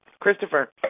Christopher